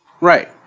Right